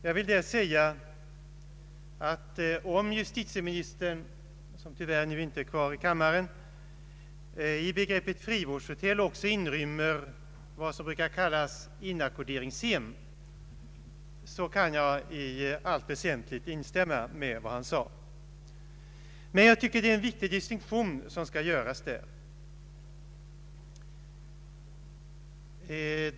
Justitieministern är tyvärr inte kvar Anslag till kriminalvården, m.m. i kammaren, men jag vill ändå säga att om han i begreppet frivårdshotell också inrymmer vad som brukar kallas inackorderingshem kan jag i allt väsentligt instämma med vad han sade. Det är dock en viktig distinktion som här bör göras.